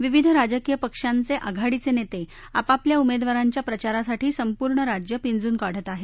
विविध राजकीय पक्षांचे आघाडीचे नेते आपापल्या उमेदवारांच्या प्रचारासाठी संपूर्ण राज्य पिंजून काढत आहेत